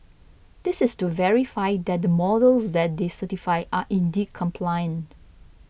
this is to verify that the models that they certified are indeed compliant